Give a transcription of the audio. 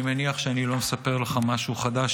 אני מניח שאני לא מספר לך משהו חדש,